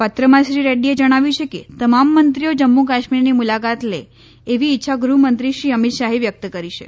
પત્રમાં શ્રી રેડ્ડીએ જણાવ્યું છે કે તમામ મંત્રીઓ જમ્મુ કાશ્મીરની મુલાકાત લે એવી ઇચ્છા ગૃહમંત્રી શ્રી અમિત શાહે વ્યક્ત કરી છે